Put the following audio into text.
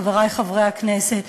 חברי חברי הכנסת,